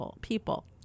people